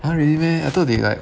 !huh! really meh I thought they like